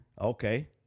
Okay